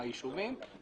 מהיישובים,